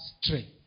strength